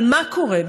אבל מה קורה?